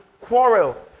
quarrel